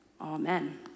Amen